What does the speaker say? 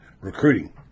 recruiting